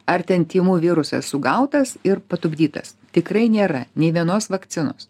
ar ten tymų virusas sugautas ir patupdytas tikrai nėra nei vienos vakcinos